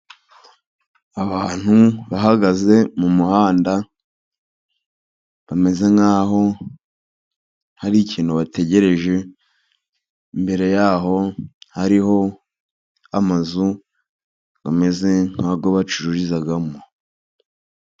Abantu bahagaze mu muhanda bameze nkaho hari ikintu bategereje, imbere yaho hariho amazu bameze nk'ayo bacururizamo.